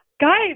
Guys